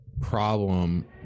problem